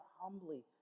humbly